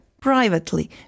privately